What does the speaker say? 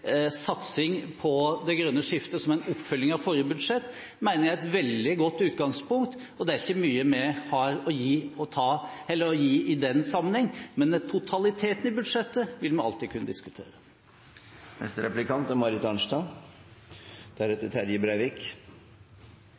satsing på det grønne skiftet som en oppfølging av forrige budsjett, mener jeg er et veldig godt utgangspunkt, og det er ikke mye vi har å gi i den sammenheng. Men totaliteten i budsjettet vil vi alltid kunne diskutere.